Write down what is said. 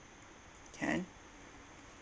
can